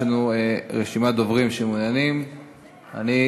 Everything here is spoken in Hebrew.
יש לנו רשימת דוברים שמעוניינים לדבר,